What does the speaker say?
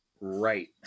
Right